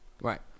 Right